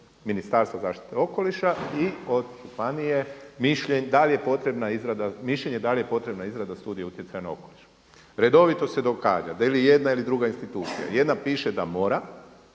Ministarstva zaštite okoliša i od županije da li je potrebna izrada studije utjecaja na okoliš. Redovito se događa da ili jedna ili druga institucija jedna piše da mora,